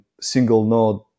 single-node